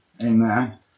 Amen